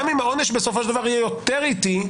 גם אם העונש בסופו של דבר יהיה יותר איטי,